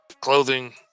clothing